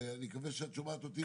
אני מקווה שאת שומעת אותי.